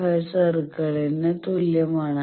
5 സർക്കിളിന് തുല്യമാണ്